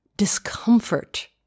Discomfort